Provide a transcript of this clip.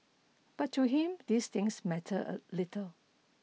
but to him these things mattered a little